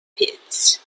pits